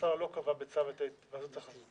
השר לא קבע בצו את ההיוועדות החזותית,